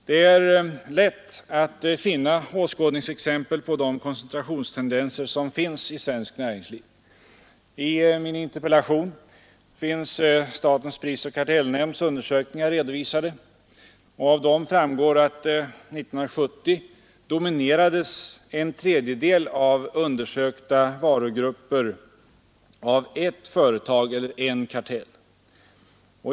Det är lätt att finna åskådningsexempel på de koncentrationstendenser som finns i svenskt näringsliv. I min interpellation finns statens prisoch kartellnämnds undersökningar redovisade. Av dem framgår att år 1970 dominerades en tredjedel av undersökta varugrupper av ett företag eller en kartell.